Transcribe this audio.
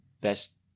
best